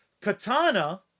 Katana